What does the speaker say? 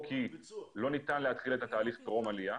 או כי לא ניתן להתחיל את התהליך טרום עלייה,